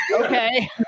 Okay